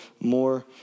more